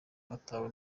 yatawe